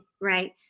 Right